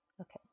Okay